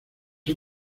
han